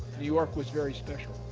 new york was very special.